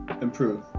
improve